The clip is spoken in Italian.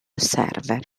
server